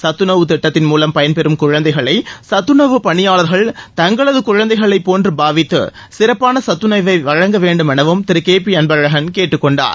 சத்துணவு திட்டத்தின் மூலம் பயன்பெறும் குழந்தைகளை சத்துணவுப் பணியாளர்கள் தங்களது குழந்தைகளைப் போன்று பாவித்து சிறப்பான சத்துணவை வழங்க வேண்டும் எனவும் திரு கே பி அன்பழகன் கேட்டுக் கொண்டார்